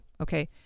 okay